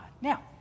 Now